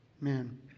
Man